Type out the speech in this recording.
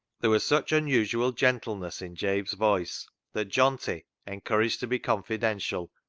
there was such unusual gentleness in jabe's voice that johnty, encouraged to be confidential,